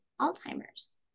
Alzheimer's